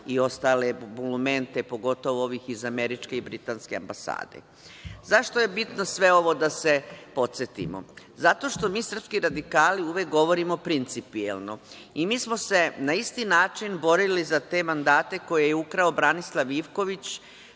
ostale bolumente, pogotovo ovih iz američke i britanske ambasade.Zašto je bitno sve ovo da se podsetimo? Zato što mi srpski radikali uvek govorimo principijelno. Mi smo se na isti način borili za te mandate koje je ukrao Branislav Ivković